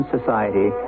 Society